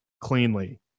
cleanly